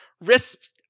Wrists